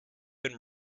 been